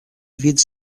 вид